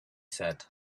said